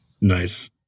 Nice